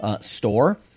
store